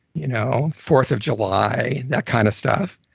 you know fourth of july, that kind of stuff,